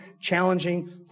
challenging